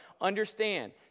Understand